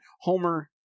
Homer